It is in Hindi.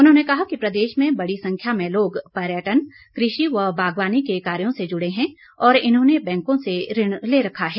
उन्होंने कहा कि प्रदेश में बड़ी संख्या में लोग पर्यटन कृषि य बागवानी के कार्यों से जुड़े हैं और इन्होंने बैंकों से ऋण ले रखा है